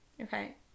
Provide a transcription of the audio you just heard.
Okay